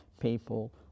people